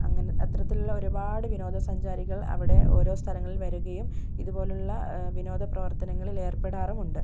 അങ്ങനെ അത്തരത്തിലുള്ള ഒരുപാട് വിനോദ സഞ്ചാരികൾ അവിടെ ഓരോ സ്ഥലങ്ങളിൽ വരികയും ഇതുപോലെയുള്ള വിനോദ പ്രവർത്തനങ്ങളിൽ ഏർപ്പെടാറുമുണ്ട്